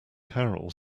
carol